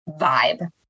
vibe